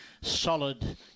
solid